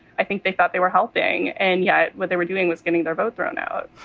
i think they thought they were helping and yet what they were doing was getting their vote thrown out.